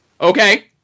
Okay